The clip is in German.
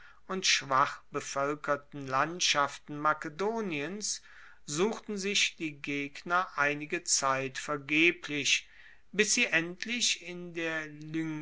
und schwach bevoelkerten landschaften makedoniens suchten sich die gegner einige zeit vergeblich bis sie endlich in der